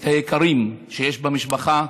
את היקרים שיש במשפחה,